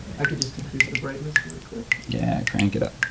i can just increase the brightest real quick. yeah, crank it up.